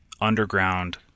underground